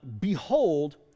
behold